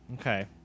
Okay